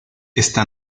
está